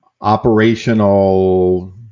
operational